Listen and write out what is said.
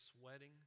sweating